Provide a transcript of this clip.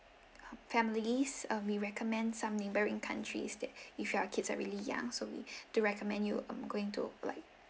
families um we recommend some neighbouring countries that if your kids are really young so we do recommend you um going to like